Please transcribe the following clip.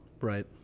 Right